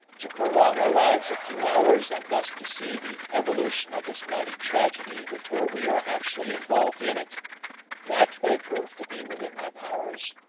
to prolong our lives a few hours and thus to see the evolution of this mighty tragedy before we are actually involved in it that may prove to be within my powers.